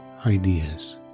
ideas